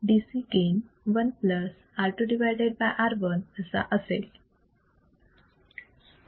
DC gain 1 R2 R1असा असेल